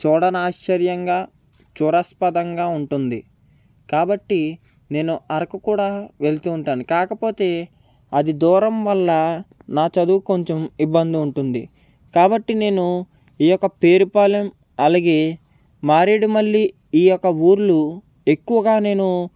చుడనాశ్చర్యంగా చూడాస్పదంగా ఉంటుంది కాబట్టి నేను అరకు కూడా వెళ్తూ ఉంటాను కాకపోతే అది దూరం వల్ల నా చదువుకు కొంచెం ఇబ్బంది ఉంటుంది కాబట్టి నేను ఈ యొక్క పేరుపాలెం అలాగే మరెడుమల్లి ఈ యొక్క ఊర్లు ఎక్కువగా నేను